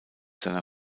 seiner